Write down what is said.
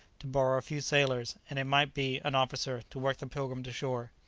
to borrow a few sailors, and, it might be, an officer to work the pilgrim to shore.